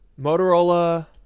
Motorola